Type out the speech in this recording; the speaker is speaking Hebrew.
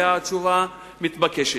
והתשובה מתבקשת.